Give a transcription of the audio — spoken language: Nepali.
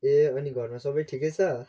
ए अनि घरमा सबै ठिकै छ